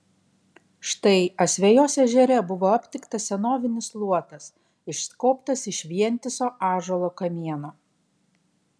štai asvejos ežere buvo aptiktas senovinis luotas išskobtas iš vientiso ąžuolo kamieno